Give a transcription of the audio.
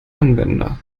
anwender